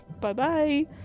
Bye-bye